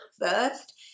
first